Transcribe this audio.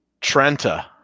Trenta